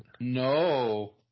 No